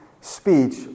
speech